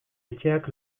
etxeak